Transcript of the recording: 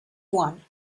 one